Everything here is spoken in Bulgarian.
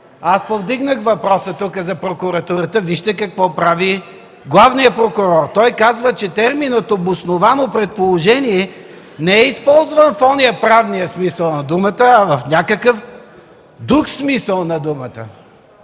аз повдигнах тук въпроса за прокуратурата, вижте какво прави главният прокурор. Той казва, че терминът „обосновано предположение” не е използван в онзи, в правния смисъл на думата, а в някакъв друг смисъл на думата.